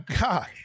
God